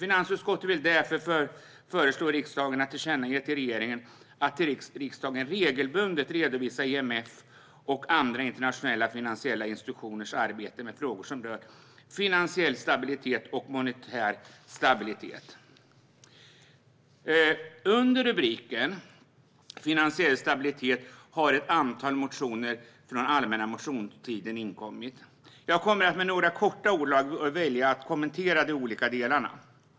Finansutskottet vill därför föreslå riksdagen att tillkännage till regeringen att till riksdagen regelbundet redovisa IMF:s och andra internationella finansiella institutioners arbete med frågor som rör finansiell och monetär stabilitet. Under rubriken Finansiell stabilitet har ett antal motioner från den allmänna motionstiden inkommit. Jag väljer att med några korta ordalag kommentera de olika delarna.